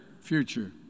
future